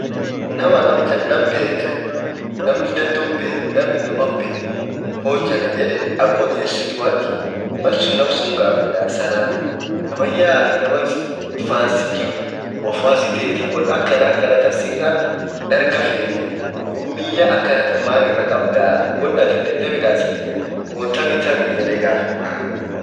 naam amtaan dadon beed choneed anan yedeen ak odesituua, malsuun namsuun hingafedaa, namayaa inamaan wafuasii teetin, kaa faan si jiir woan akana siraa dargaa fetii, duub niyaa akanaa taan maan iraa kabdaa?won tamii tam midasitaa egeree?edee gafedaa.